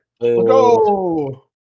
Go